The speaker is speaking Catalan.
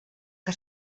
que